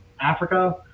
Africa